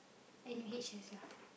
N U H S lah